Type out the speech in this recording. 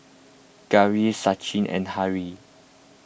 Gauri Sachin and Hri